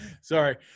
sorry